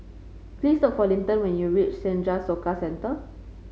please look for Linton when you reach Senja Soka Centre